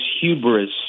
hubris